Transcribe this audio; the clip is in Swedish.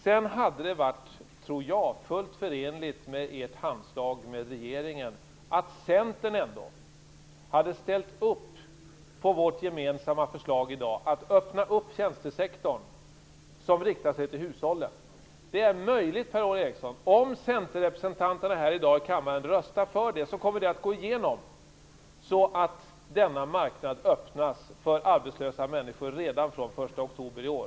Det hade varit full förenligt med ert handslag med regeringen att ni ställde upp på vårt gemensamma förslag i dag om att öppna den tjänstesektor som riktar sig till hushållen. Det är möjligt, Per-Ola Eriksson. Om centerrepresentanterna här i kammaren i dag röstar för det förslaget kommer det att gå igenom och denna marknad öppnas för arbetslösa människor redan från den 1 oktober i år.